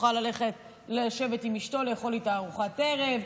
יוכל ללכת לשבת עם אשתו לאכול איתה ארוחת ערב.